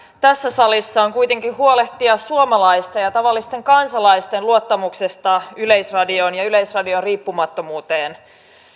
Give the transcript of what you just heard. tässä salissa on kuitenkin huolehtia suomalaisten ja tavallisten kansalaisten luottamuksesta yleisradioon ja yleisradion riippumattomuuteen